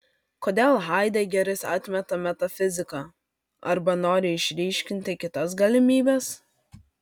kodėl haidegeris atmeta metafiziką arba nori išryškinti kitas galimybes